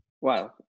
Wow